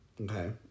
Okay